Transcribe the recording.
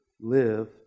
live